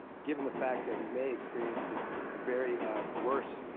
given the fact that we may experience a ah very worse